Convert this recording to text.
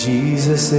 Jesus